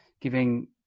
giving